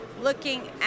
looking